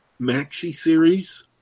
maxi-series